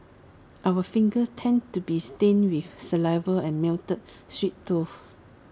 our fingers tended to be stained with saliva and melted sweet though